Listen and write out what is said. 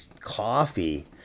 coffee